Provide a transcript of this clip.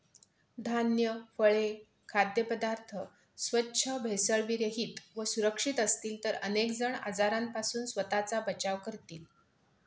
धान्य, फळे, खाद्यपदार्थ स्वच्छ, भेसळविरहित व सुरक्षित असतील तर अनेक जण आजारांपासून स्वतःचा बचाव करतील